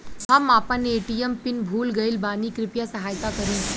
हम आपन ATM PIN भूल गईल बानी कृपया सहायता करी